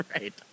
Right